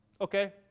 Okay